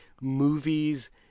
movies